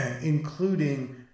including